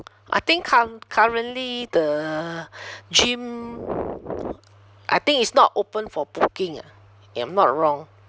I think curr~ currently the gym I think it's not open for booking ah if I'm not wrong